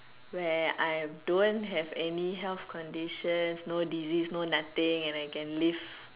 where I don't have any health conditions no disease no nothing and I can live